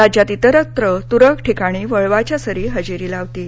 राज्यात इतरत्र तुरळक ठिकाणी वळवाच्या सरी हजेरी लावतील